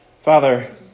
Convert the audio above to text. Father